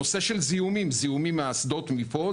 הנושא של זיהומים זיהומים מהאסדות מפה,